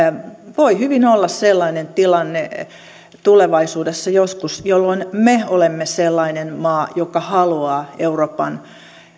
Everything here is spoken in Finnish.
voi hyvin olla sellainen tilanne tulevaisuudessa joskus jolloin me olemme sellainen maa joka haluaa euroopan